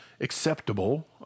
acceptable